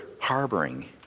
harboring